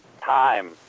Time